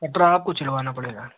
पटरा आपको छिलवाना पड़ेगा